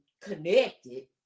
connected